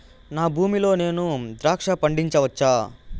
నా భూమి లో నేను ద్రాక్ష పండించవచ్చా?